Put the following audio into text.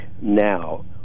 now